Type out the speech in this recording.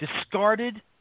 discarded